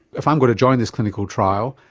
if i'm going to join this clinical trial,